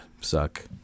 suck